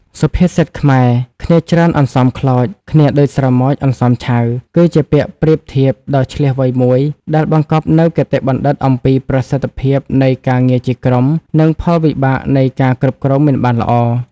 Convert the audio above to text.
សុភាសិតខ្មែរ «គ្នាច្រើនអន្សមខ្លោច គ្នាដូចស្រមោចអន្សមឆៅ» គឺជាពាក្យប្រៀបធៀបដ៏ឈ្លាសវៃមួយ ដែលបង្កប់នូវគតិបណ្ឌិតអំពី ប្រសិទ្ធភាពនៃការងារជាក្រុម និង ផលវិបាកនៃការគ្រប់គ្រងមិនបានល្អ។